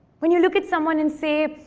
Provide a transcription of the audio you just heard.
when you look at someone and say,